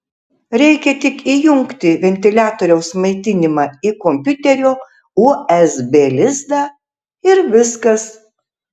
reikia tik įjungti ventiliatoriaus maitinimą į kompiuterio usb lizdą ir viskas